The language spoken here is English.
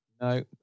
No